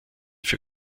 für